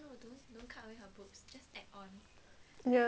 ya add on ah